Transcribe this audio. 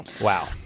Wow